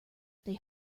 they